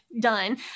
done